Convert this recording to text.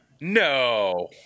No